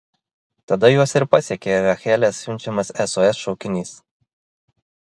tada juos ir pasiekė rachelės siunčiamas sos šaukinys